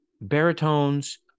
baritones